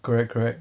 correct correct